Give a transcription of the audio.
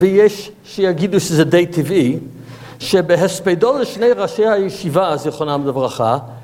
‫ויש שיגידו שזה די טבעי ‫שבהספדו לשני ראשי הישיבה, ‫זיכרונם לברכה,